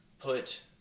put